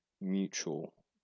mutual